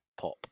pop